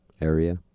area